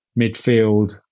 midfield